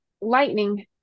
lightning